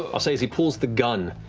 ah i'll say as he pulls the gun,